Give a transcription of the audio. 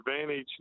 advantage